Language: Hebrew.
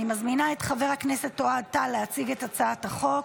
אני מזמינה את חבר הכנסת אוהד טל להציג את הצעת החוק.